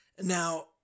Now